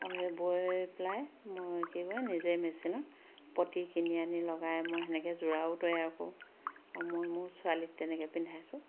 আৰু সেই বৈ পেলাই মই কি কয় নিজে মেচিনত পটি কিনি আনি লগাই মই সেনেকে যোৰাও তৈয়াৰ কৰোঁ আৰু মই মোৰ ছোৱালীক তেনেকে পিন্ধাইছোঁ